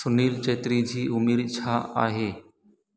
सुनिल चेत्री जी उमिरि छा आहे